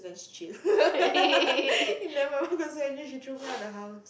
that's true I never cause I think she threw me out the house